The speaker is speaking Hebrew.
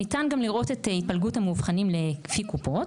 ניתן גם לראות את התפלגות המאובחנים לפי קופות.